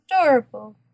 adorable